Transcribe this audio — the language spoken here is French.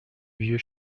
vieux